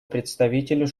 представителю